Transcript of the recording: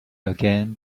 again